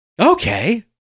okay